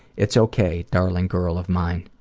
it's okay, darling girl of mine.